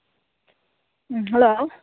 ꯎꯝ hello